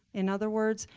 in other words,